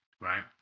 right